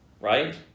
right